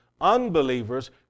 unbelievers